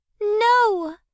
no